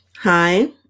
Hi